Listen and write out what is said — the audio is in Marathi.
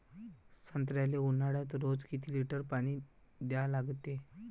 संत्र्याले ऊन्हाळ्यात रोज किती लीटर पानी द्या लागते?